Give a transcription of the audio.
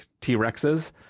T-Rexes